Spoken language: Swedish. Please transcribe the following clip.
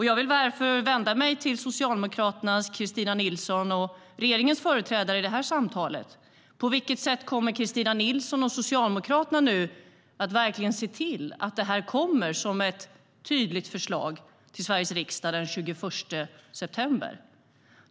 Jag vill därför vända mig till Socialdemokraternas Kristina Nilsson och regeringens företrädare i det här samtalet: På vilket sätt kommer Kristina Nilsson och Socialdemokraterna nu att verkligen se till att detta kommer som ett tydligt förslag till Sveriges riksdag den 21 september?